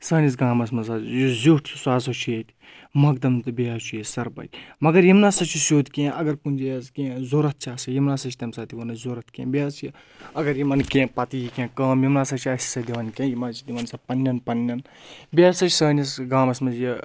سٲنِس گامَس منٛز حظ یُس زِیُٹھ چھُ سُہ ہَسا چھُ ییٚتہِ مۄکدَم تہٕ بیٚیہِ حظ چھُ ییٚتہِ سَرپَنچ مگر یِم نَسا چھُ سیٚود کینٛہہ اگر کُنہِ جایہِ حظ کینٛہہ ضوٚرَتھ چھِ آسان یِم نہ سا چھِ تَمہِ ساتہٕ یِوان أسۍ ضوٚرَتھ کینٛہہ بیٚیہِ حظ چھِ اگر یِمَن کینٛہہ پَتہٕ یہِ کینٛہہ کٲم یِم نَسا چھِ اَسہِ سۄ دِوان کینٛہہ یِم حظ چھِ دِوان سۄ پَننؠن پَننؠن بیٚیہِ ہَسا چھِ سٲنِس گامَس منٛز یہِ